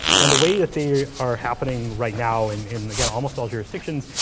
and the way that they are happening right now, and again, almost all jurisdictions,